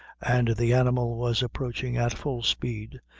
and the animal was approaching at full speed.